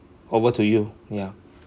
over to you yeah